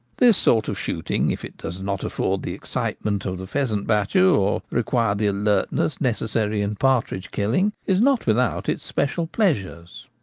this sort of shooting, if it does not afford the excitement of the pheasant battue, or require the alertness necessary in partridge killing, is not without its special pleasures.